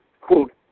Quote